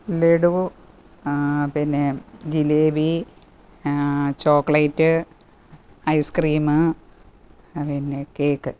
ലഡു പിന്നെ jalebi chocolate ice cream പിന്നെ cake